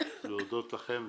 אני מבקש להודות לכם,